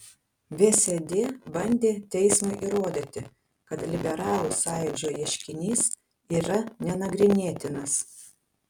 vsd bandė teismui įrodyti kad liberalų sąjūdžio ieškinys yra nenagrinėtinas